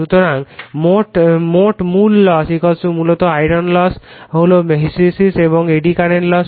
সুতরাং মোট মূল লস মূলত আইরন লস হল হিস্টেরেসিস এবং এডি কারেন্ট লস